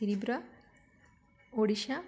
Tripura Odisha